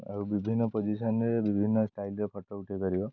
ଆଉ ବିଭିନ୍ନ ପୋଜିସନରେ ବିଭିନ୍ନ ଷ୍ଟାଇଲରେ ଫଟୋ ଉଠେଇପାରିବ